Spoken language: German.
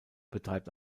betreibt